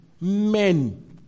men